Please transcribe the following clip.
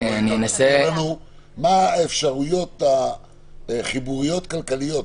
תסביר לנו מה האפשרויות החיבוריות כלכליות.